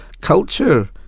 culture